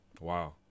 Wow